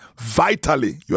vitally